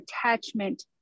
attachment